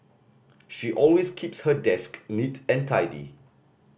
she always keeps her desk neat and tidy